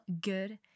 good